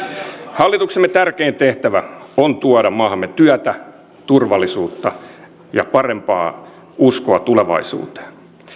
hallituksemme tärkein tehtävä on tuoda maahamme työtä turvallisuutta ja parempaa uskoa tulevaisuuteen